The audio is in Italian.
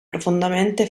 profondamente